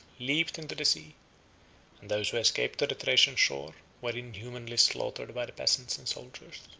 leaped into the sea and those who escaped to the thracian shore were inhumanly slaughtered by the peasants and soldiers.